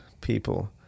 people